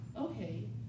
okay